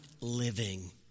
living